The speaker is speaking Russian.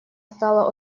стала